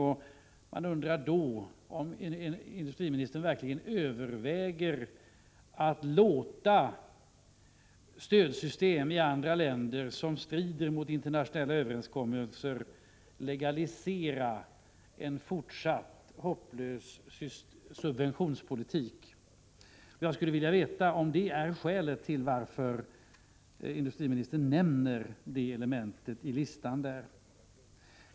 Överväger verkligen industriministern att låta stödsystem i andra länder som strider mot internationella överenskommelser legalisera en fortsatt hopplös subventionspolitik? Jag skulle vilja veta om det är skälet till att industriminis tern nämner detta element i sin lista.